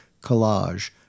Collage